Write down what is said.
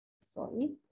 sorry